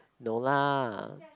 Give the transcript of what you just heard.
no lah